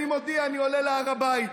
אני מודיע" אני עולה להר הבית.